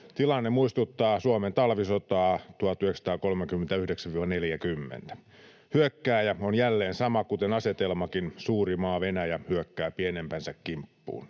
Tilanne muistuttaa Suomen talvisotaa 1939—40. Hyökkääjä on jälleen sama, kuten asetelmakin: suuri maa, Venäjä, hyökkää pienempänsä kimppuun.